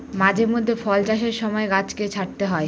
মাঝে মধ্যে ফল চাষের সময় গাছকে ছাঁটতে হয়